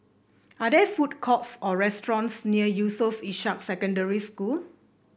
are there food courts or restaurants near Yusof Ishak Secondary School